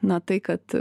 na tai kad